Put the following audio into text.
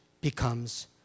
becomes